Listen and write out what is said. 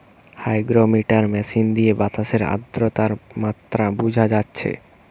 hygrometer machine দিয়ে বাতাসের আদ্রতার মাত্রা বুঝা যাচ্ছে